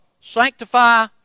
sanctify